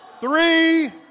three